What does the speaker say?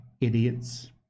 idiots